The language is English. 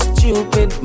Stupid